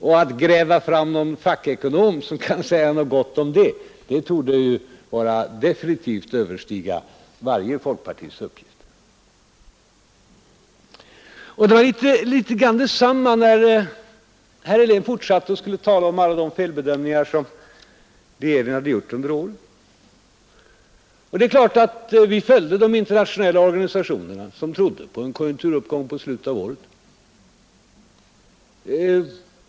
Och att gräva fram någon fackekonom som kan säga något gott om det torde definitivt överstiga varje folkpartists förmåga. Det var litet av samma sak när herr Helén sedan fortsatte att tala om alla de felbedömningar som regeringen gjort under året. Det är klart att vi följde de internationella organisationerna, där man trodde på en konjunkturuppgång under slutet av året.